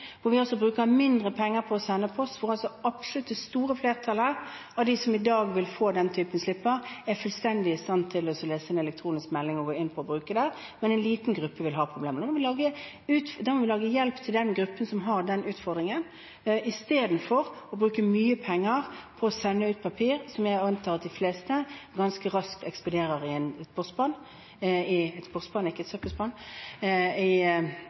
Vi bruker mindre penger på å sende brev i posten. Det absolutt store flertallet av dem som i dag vil få den typen slipper, er fullstendig i stand til å lese elektroniske meldinger, men en liten gruppe vil ha problemer. Da må vi lage hjelp til den gruppen som har den utfordringen, i stedet for å bruke mye penger på å sende ut papir som jeg antar at de fleste mennesker raskt ekspederer i et bosspann i nærheten. Det er å ta i